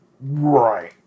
Right